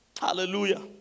Hallelujah